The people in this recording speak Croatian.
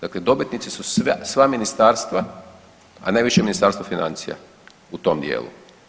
Dakle dobitnici su sva ministarstva, a najviše Ministarstvo financija u tom dijelu.